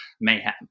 mayhem